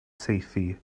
saethu